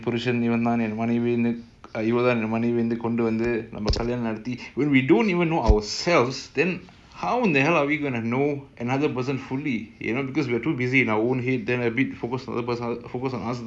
back from all of this ah and you look back this whole thing looks like some giant circus and we are not saying that we are completely free no we are still in this but